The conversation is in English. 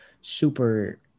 super